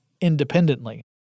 independently